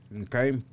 okay